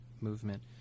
movement